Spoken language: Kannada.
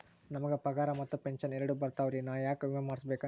ನಮ್ ಗ ಪಗಾರ ಮತ್ತ ಪೆಂಶನ್ ಎರಡೂ ಬರ್ತಾವರಿ, ನಾ ಯಾಕ ವಿಮಾ ಮಾಡಸ್ಬೇಕ?